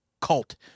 cult